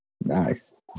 Nice